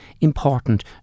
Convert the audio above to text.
important